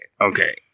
Okay